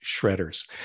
shredders